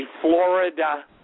Florida